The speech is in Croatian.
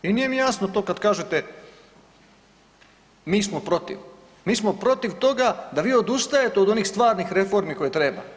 I nije mi jasno to kad kažete „mi smo protiv“, mi smo protiv toga da vi odustajete od onih stvarnih reformi kojih treba.